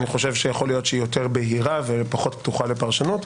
אני חושב שיכול להיות שהיא יותר בהירה ופחות פתוחה לפרשנות.